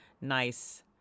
nice